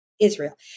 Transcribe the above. Israel